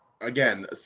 again